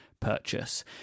purchase